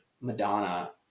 Madonna